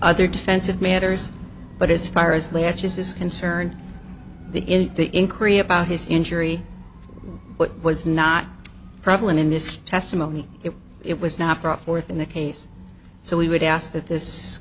other defensive matters but as far as latches is concerned the in the in korea about his injury was not prevalent in this testimony if it was not brought forth in the case so we would ask that this